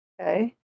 Okay